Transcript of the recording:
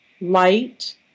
light